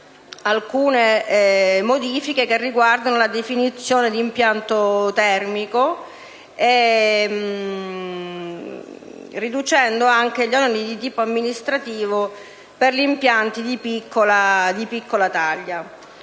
alcune modifiche riguardanti la definizione di «impianto termico», riducendo anche gli oneri di tipo amministrativo per gli impianti di piccola taglia: